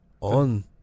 On